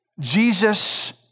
Jesus